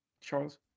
Charles